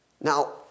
Now